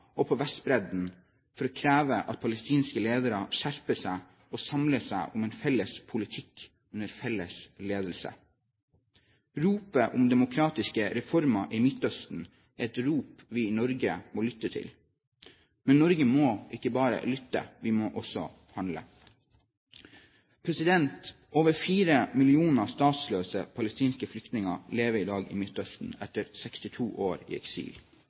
og på Vestbredden for å kreve at palestinske ledere skjerper seg og samles om en felles politikk under felles ledelse. Ropet om demokratiske reformer i Midtøsten er et rop vi i Norge må lytte til. Men Norge må ikke bare lytte, vi må også handle. Over 4 millioner statsløse palestinske flyktninger lever i dag i Midtøsten etter 62 år i eksil.